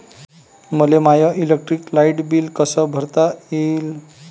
मले माय electric light bill कस भरता येईल?